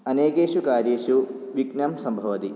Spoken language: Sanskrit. अनेकेषु कार्येषु विध्नं सम्भवति